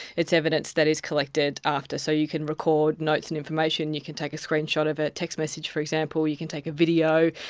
it's evidence that is collected after. so you can record notes and information, you can take a screenshot of it, text message for example, you can take a video,